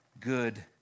Good